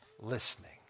listening